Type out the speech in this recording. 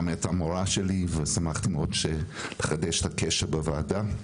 גם הייתה מורה שלי ושמחתי מאוד לחדש את הקשר בוועדה.